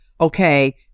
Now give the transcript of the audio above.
okay